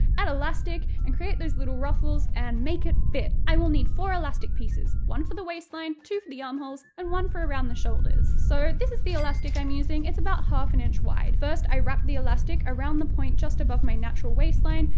add elastic, and create those little ruffles and make it fit! i will need four elastic pieces, one for the waistline, two for the armholes and one for around the shoulders. so, this is the elastic i'm using, it's about half an inch wide. first i wrapped the elastic around the point just above my natural waistline,